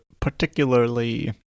particularly